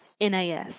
NAS